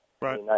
Right